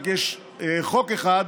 יש חוק אחד